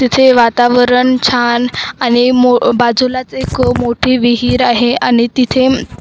तिथे वातावरण छान आणि मो बाजूलाच एक मोठी विहीर आहे आणि तिथे